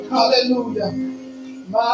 Hallelujah